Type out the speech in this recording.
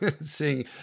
seeing